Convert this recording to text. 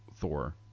Thor